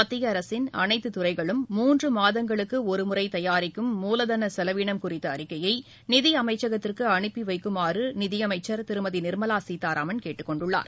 மத்திய அரசின் அனைத்தத் துறைகளும் மூன்று மாதங்களுக்கு ஒருமுறை தயாரிக்கும் மூலதன செலவினம் குறித்த அறிக்கையை நிதியமைச்சகத்திற்கு அனுப்பிவைக்குமாறு நிதியமைச்சர் திருமதி நிர்மலா சீதாராமன் கேட்டுக் கொண்டுள்ளார்